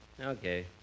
Okay